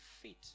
fit